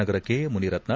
ನಗರಕ್ಕೆ ಮುನಿರತ್ನ